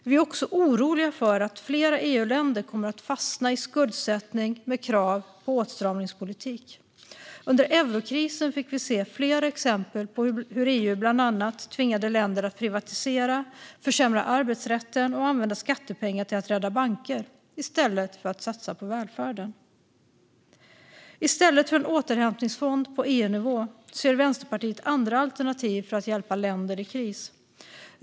Vi är också oroliga för att flera EU-länder kommer att fastna i skuldsättning med krav på åtstramningspolitik. Under eurokrisen fick vi se flera exempel på hur EU bland annat tvingade länder att privatisera, försämra arbetsrätten och använda skattepengar till att rädda banker i stället för att satsa på välfärden. I stället för en återhämtningsfond på EU-nivå ser Vänsterpartiet andra alternativ för att hjälpa länder i kris.